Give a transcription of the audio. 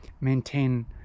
maintain